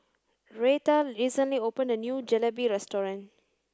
Retha recently opened a new Jalebi restaurant